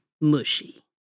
mushy